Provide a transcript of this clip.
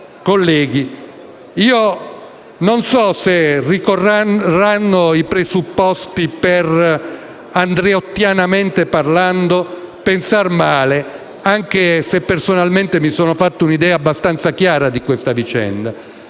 colleghi, io non so se ricorrano i presupposti per - andreottianamente parlando - pensar male, anche se personalmente mi sono fatto un'idea abbastanza chiara di questa vicenda.